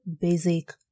basic